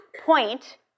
point